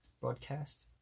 broadcast